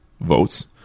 votes